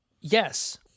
Yes